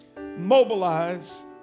Mobilize